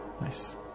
Nice